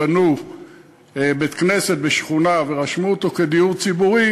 בנו בית-כנסת בשכונה ורשמו אותו כדיור ציבורי,